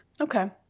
Okay